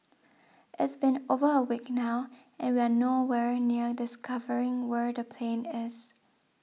it's been over a week now and we are no where near discovering where the plane is